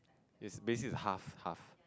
is basic is half half